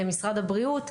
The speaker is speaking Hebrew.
משרד הבריאות,